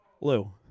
Lou